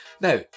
Now